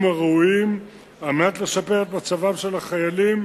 הראויים על מנת לשפר את מצבם של החיילים,